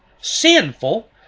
sinful